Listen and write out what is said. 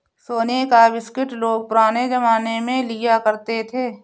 सोने का बिस्कुट लोग पुराने जमाने में लिया करते थे